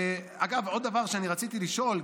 אגב, עוד דבר שאני רציתי לשאול.